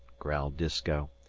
growled disko.